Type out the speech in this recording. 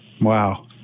Wow